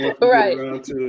Right